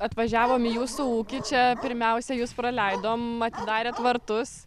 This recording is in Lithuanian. atvažiavom į jūsų ūkį čia pirmiausia jus praleidom atidarėt vartus